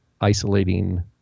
isolating